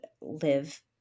live